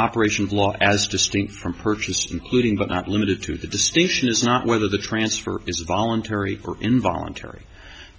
operation of law as distinct from purchased including but not limited to the distinction is not whether the transfer is voluntary or involuntary